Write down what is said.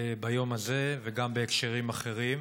ביום הזה, וגם בהקשרים אחרים.